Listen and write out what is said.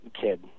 kid